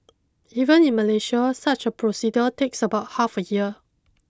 even in Malaysia such a procedure takes about half a year